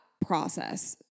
process